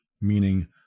meaning